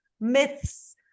myths